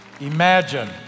Imagine